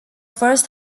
first